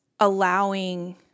allowing